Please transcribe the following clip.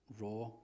raw